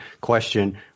question